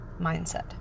mindset